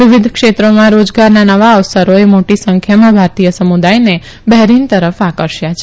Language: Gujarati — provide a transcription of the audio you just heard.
વિવિધ ક્ષેત્રોમાં રોજગારના નવા અવસરોએ મોટી સંખ્યામાં ભારતીય સમુદાયને બહેરીન તરફ આકર્ષ્યા છે